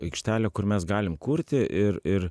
aikštelė kur mes galim kurti ir ir